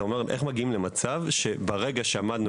זה אומר איך מגיעים למצב שברגע שעמדנו